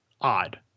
odd